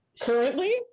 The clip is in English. Currently